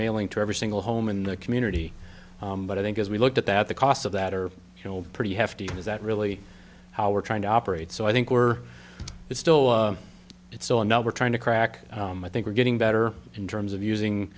mailing to every single home in the community but i think as we looked at that the cost of that are you know pretty hefty is that really how we're trying to operate so i think we're still it's so and now we're trying to crack i think we're getting better in terms of